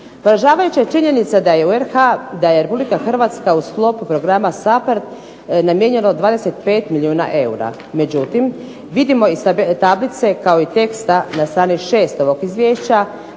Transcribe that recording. ... činjenica je RH u sklopu programa SAPHARD namijenjeno 25 milijuna eura. Međutim vidimo iz tablice kao i teksta na strani 6 ovog izvješća